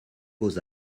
beaux